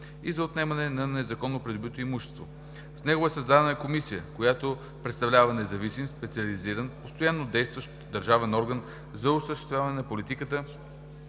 и за отнемане на незаконно придобитото имущество. С него е създадена Комисия, която представлява независим специализиран постоянно действащ държавен орган за осъществяване на политиката